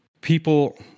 people